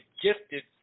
gifted